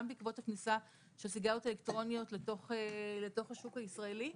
בעקבות כניסת הסיגריות האלקטרוניות לתוך השוק הישראלי.